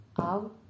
out